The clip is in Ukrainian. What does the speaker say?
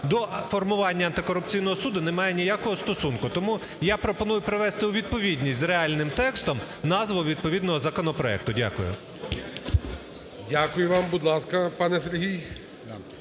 до формування антикорупційного суду не має ніякого стосунку. Тому я пропоную привести у відповідність з реальним текстом назву відповідного законопроекту. Дякую. ГОЛОВУЮЧИЙ. Дякую вам. Будь ласка, пане Сергій.